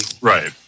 Right